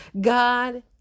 God